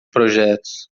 projetos